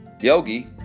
Yogi